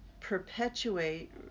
perpetuate